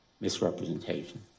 misrepresentation